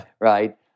right